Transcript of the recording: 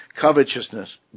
Covetousness